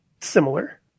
similar